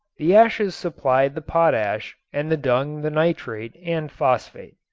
the ashes supplied the potash and the dung the nitrate and phosphate.